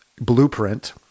blueprint